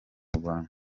rwanda